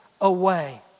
away